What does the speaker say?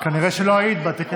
כנראה שלא היית בטקס הזיכרון.